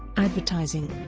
advertising